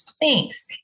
thanks